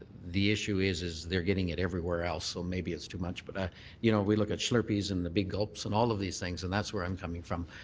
the issue is is they're getting it everywhere else so maybe it's too much. but you know we look at slurpees and the big glups and all of these things and that's where i'm coming from.